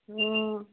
ओ